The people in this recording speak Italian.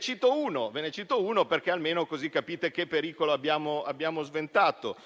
Cito un emendamento, colleghi, perché almeno così capite che pericolo abbiamo sventato,